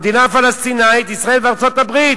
המדינה הפלסטינית, ישראל וארצות-הברית.